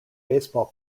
baseball